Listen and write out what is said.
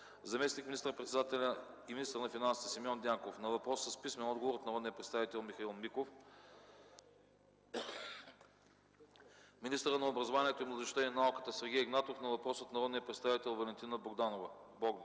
заместник министър-председателят и министър на финансите Симеон Дянков на въпрос с писмен отговор от народния представител Михаил Миков; - министърът на образованието, младежта и науката Сергей Игнатов на въпрос от народния представител Валентина Богданова; -